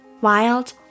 wild